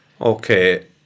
Okay